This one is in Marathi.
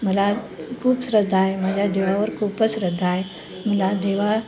मला खूप श्रद्धा आहे माझ्या देवावर खूपच श्रद्धा आहे मला देवा